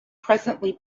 presently